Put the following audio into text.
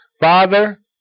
Father